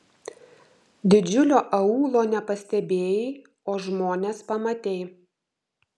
didžiulio aūlo nepastebėjai o žmones pamatei